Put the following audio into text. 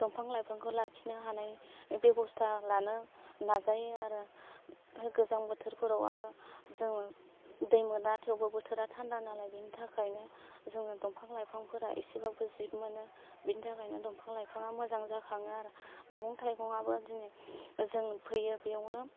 दंफां लाइफांखौ लाखिनो हानाय बेबस्था लानो नाजायो आरो गोजां बोथोरफोराव आरो जों दै मोना थेवबो बोथोरा थान्दा नालाय बेनि थाखायनो जोङो दंफां लाइफांफोरा एसेबाबो जिब मोनो बेनि थाखायनो दंफां लाइफाङा मोजां जाखाङो मैगं थायगंआबो जों फोयो बेयावनो